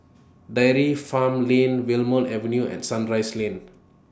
Dairy Farm Lane Wilmonar Avenue and Sunrise Lane